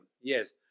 Yes